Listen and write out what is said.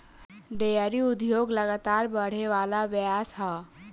dairy उद्योग लगातार बड़ेवाला व्यवसाय ह